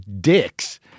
dicks